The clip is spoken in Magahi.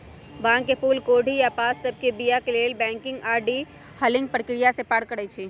भांग के फूल कोढ़ी आऽ पात सभके बीया के लेल बंकिंग आऽ डी हलिंग प्रक्रिया से पार करइ छै